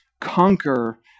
conquer